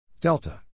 Delta